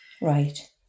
right